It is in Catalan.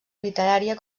literària